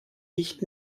nicht